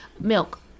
milk